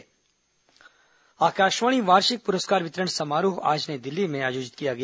वार्षिक आकाशवाणी पुरस्कार आकाशवाणी वार्षिक पुरस्कार वितरण समारोह आज नई दिल्ली में आयोजित किया गया